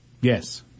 Yes